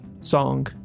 song